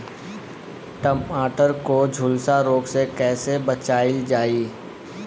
टमाटर को जुलसा रोग से कैसे बचाइल जाइ?